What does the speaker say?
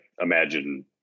imagine